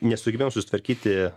nesugebėjau susitvarkyti